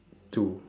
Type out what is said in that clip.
two